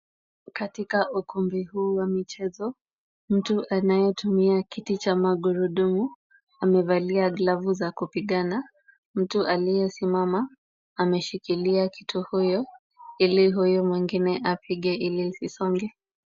Katika ukumbi huu wa michezo, mtu anayetumia kiti cha maguruumu amevalia glavu za kupigana. Mtu aliyesimama ameshikilia kitu huyo, ili huyo mwingine apige ili isisonge.